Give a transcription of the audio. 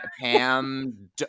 Pam